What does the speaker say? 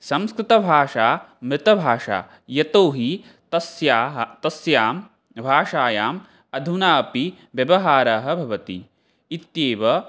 संस्कृतभाषा मृतभाषा यतो हि तस्याः तस्यां भाषायाम् अधुना अपि व्यवहारः भवति इत्येव